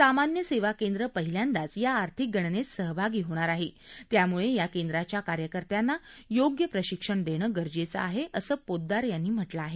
सामान्य सेवा केंद्र पहिल्यांदाच या आर्थिक गणनेत सहभागी होणार आहे त्यामुळे या केंद्राच्या कार्यकर्त्यांना योग्य प्रशिक्षण देणं गरजेचं आहे असं पोद्दार यांनी म्हटलं आहे